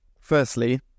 firstly